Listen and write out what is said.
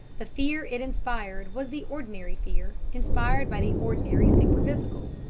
the fear it inspired was the ordinary fear inspired by the ordinary superphysical,